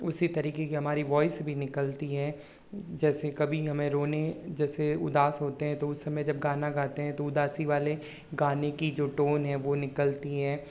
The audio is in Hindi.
उसी तरीके की हमारी वॉइस भी निकलती है जैसे कभी हमें रोने जैसे उदास होते हैं तो उस समय जब गाना गाते हैं तो उदासी वाले गाने की जो टोन है वो निकलती हैं